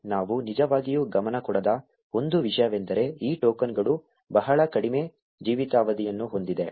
ನಾವು ನಿಜವಾಗಿಯೂ ಗಮನ ಕೊಡದ ಒಂದು ವಿಷಯವೆಂದರೆ ಈ ಟೋಕನ್ಗಳು ಬಹಳ ಕಡಿಮೆ ಜೀವಿತಾವಧಿಯನ್ನು ಹೊಂದಿವೆ